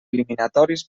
eliminatoris